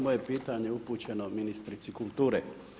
Moje pitanje upućeno ministrice kulture.